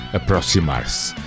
aproximar-se